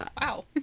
Wow